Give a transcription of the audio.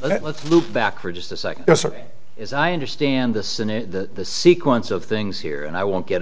let's loop back for just a second as i understand the senate sequence of things here and i won't get